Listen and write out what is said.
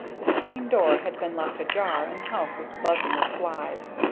the screen door had been left ajar and the house was buzzing with flies,